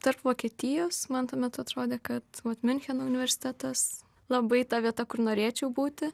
tarp vokietijos man tuo metu atrodė kad miuncheno universitetas labai ta vieta kur norėčiau būti